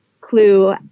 clue